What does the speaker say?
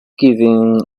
giving